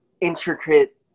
intricate